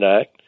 Act